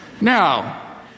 Now